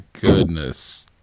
goodness